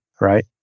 right